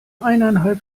eineinhalb